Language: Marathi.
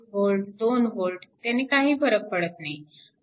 V0 1V 2V त्याने काही फरक पडत नाही